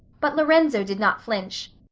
but lorenzo did not flinch.